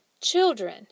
Children